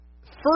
first